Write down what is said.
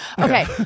Okay